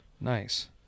Nice